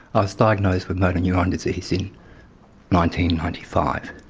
i was diagnosed with motor neurone disease in ninety ninety five,